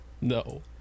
no